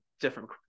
different